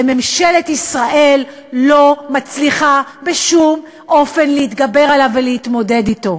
וממשלת ישראל לא מצליחה בשום אופן להתגבר עליו ולהתמודד אתו,